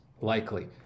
likely